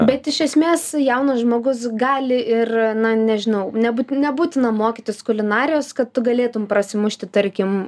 bet iš esmės jaunas žmogus gali ir na nežinau nebūt nebūtina mokytis kulinarijos kad tu galėtum prasimušti tarkim